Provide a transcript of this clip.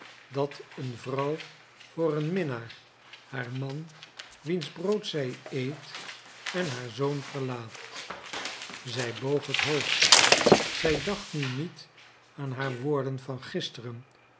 dat een vrouw voor een minnaar haar man wiens brood zij eet en haar zoon verlaat zij boog het hoofd zij dacht nu niet aan haar woorden van gisteren